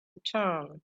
return